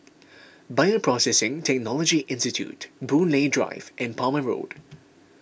Bioprocessing Technology Institute Boon Lay Drive and Palmer Road